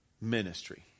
ministry